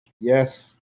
Yes